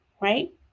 right